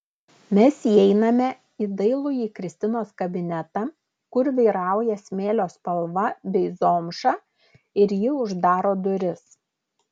mes įeiname į dailųjį kristinos kabinetą kur vyrauja smėlio spalva bei zomša ir ji uždaro duris